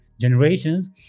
generations